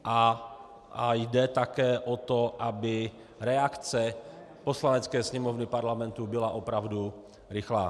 A jde také o to, aby reakce Poslanecké sněmovny Parlamentu byla opravdu rychlá.